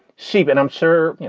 sheep and i'm sure you know,